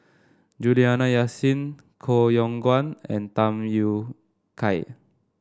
Juliana Yasin Koh Yong Guan and Tham Yui Kai